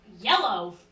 Yellow